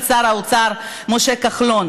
של שר האוצר משה כחלון.